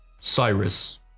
Cyrus